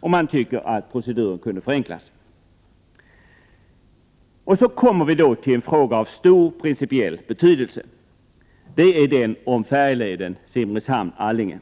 och man tycker att proceduren kunde förenklas. Vi kommer sedan till en fråga av stor principiell betydelse. Det är frågan om färjeleden Simrishamn —Allinge.